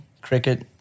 cricket